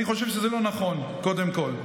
אני חושב שזה לא נכון קודם כול.